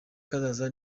kazaza